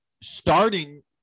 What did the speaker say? starting